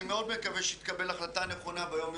אני מאוד מקווה שתתקבל ההחלטה הנכונה ביום,